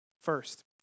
First